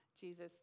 Jesus